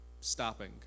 stopping